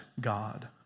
God